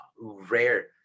rare